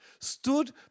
stood